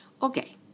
Okay